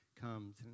comes